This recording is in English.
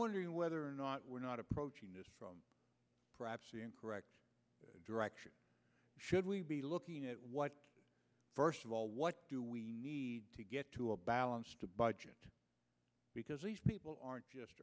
wondering whether or not we're not approaching this from perhaps the correct direction should we be looking at what first of all what do we need to get to a balanced a budget because these people aren't just